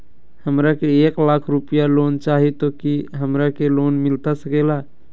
हमरा के एक लाख रुपए लोन चाही तो की हमरा के लोन मिलता सकेला?